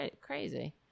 crazy